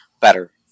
Better